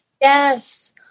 Yes